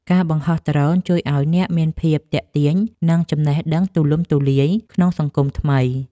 ការបង្ហោះដ្រូនជួយឱ្យអ្នកមានភាពទាក់ទាញ និងចំណេះដឹងទូលំទូលាយក្នុងសង្គមសម័យថ្មី។